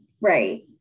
right